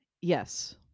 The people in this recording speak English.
Yes